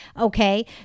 Okay